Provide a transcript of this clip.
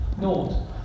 Nought